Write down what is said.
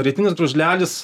rytinis gružlelis